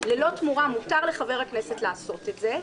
ללא תמורה, מותר לחבר הכנסת לעשות את זה.